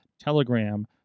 telegram